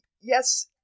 yes